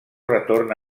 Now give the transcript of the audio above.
retorn